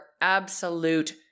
absolute